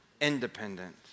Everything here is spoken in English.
independent